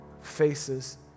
faces